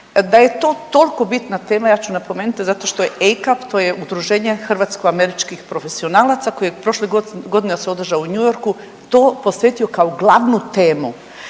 Da je to tolko bitna tema ja ću napomenuti, zato što je ACAP, to je udruženje hrvatsko-američkih profesionalaca koji prošle godine se održao u New Yorku, to posvetio kao glavnu temu